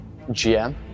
GM